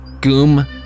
Goom